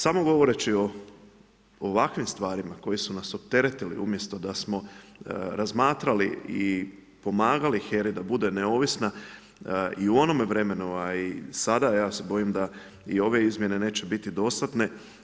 Samo govoreći o ovakvim stvarima koje su nas opteretili, umjesto da smo razmatrali i pomagali HERA-i da bude neovisna i u onome vremenu, a i sada, ja se bojim da i ove izmjene neće biti dostatne.